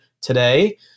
today